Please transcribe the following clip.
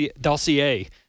dossier